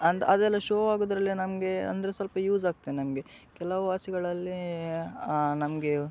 ಅಂದು ಅದೆಲ್ಲ ಶೋ ಆಗೋದ್ರಲ್ಲಿ ನಮಗೆ ಅಂದರೆ ಸ್ವಲ್ಪ ಯೂಸ್ ಆಗ್ತೆ ನಮಗೆ ಕೆಲವವು ವಾಚುಗಳಲ್ಲಿ ನಮಗೆ